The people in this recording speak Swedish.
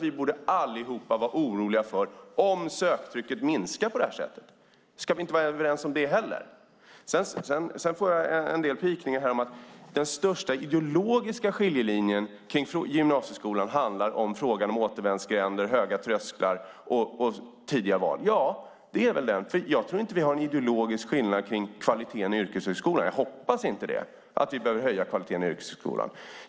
Vi borde alla vara oroliga för om söktrycket minskar på det sättet. Ska vi inte vara överens om det heller? Jag får en del pikar här om att den största ideologiska skiljelinjen i frågorna om gymnasieskolan handlar om återvändsgränder, höga trösklar och tidiga val. Ja, det är det. Jag tror inte att vi har en ideologisk skillnad i frågan om kvaliteten i yrkeshögskolan. Jag hoppas att vi inte behöver höja kvaliteten i yrkeshögskolan.